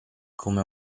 come